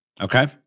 Okay